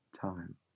time